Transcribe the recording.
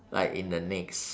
like in the next